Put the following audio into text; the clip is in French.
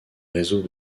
réseaux